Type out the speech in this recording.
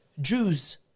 Jews